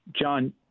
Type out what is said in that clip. John